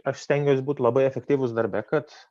aš stengiuos būt labai efektyvūs darbe kad